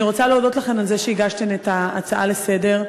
אני רוצה להודות לכן על זה שהגשתן את ההצעה לסדר-היום,